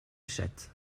chatte